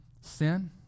sin